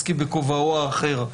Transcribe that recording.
בואו נעשה אותה בימים הקרובים,